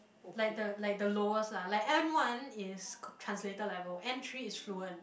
like the like the lowest lah like N-one is translator level N-three is fluent